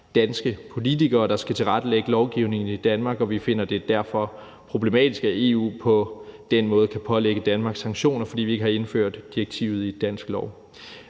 danske politikere, der skal tilrettelægge lovgivningen i Danmark, og vi finder det derfor problematisk, at EU på den måde kan pålægge Danmark sanktioner, fordi vi ikke har indført direktivet i dansk lov.